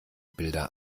bilder